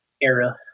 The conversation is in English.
era